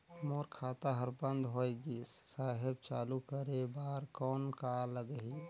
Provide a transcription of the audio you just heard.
मोर खाता हर बंद होय गिस साहेब चालू करे बार कौन का लगही?